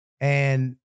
and-